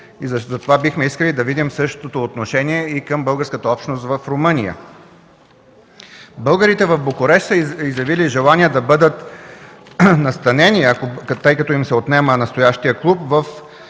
и затова бихме искали да има същото отношение и към българската общност в Румъния. Българите в Букурещ са изявили желание да бъдат настанени, тъй като им се отнема настоящият клуб,